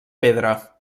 pedra